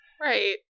Right